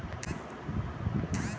ओकर देखभाल कुना केल जायत अछि?